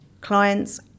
clients